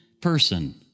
person